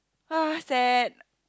!ah! sad